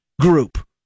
group